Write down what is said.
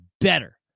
better